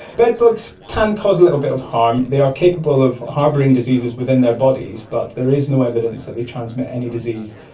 bedbugs can cause a little bit of harm, they are capable of harbouring diseases within their bodies, but there is no evidence that they transmit any disease.